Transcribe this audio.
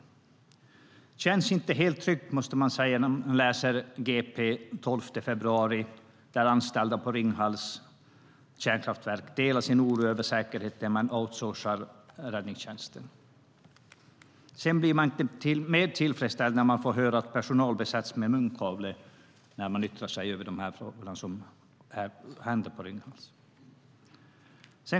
Det känns inte helt tryggt när man läser GP från den 12 februari där anställda på Ringhals kärnkraftverk delar sin oro över säkerheten när man outsourcar räddningstjänsten. Sedan blir man inte mer tillfredsställd när man får höra att personal beläggs med munkavle när de yttrar sig över det som händer på Ringhals.